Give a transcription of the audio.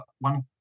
one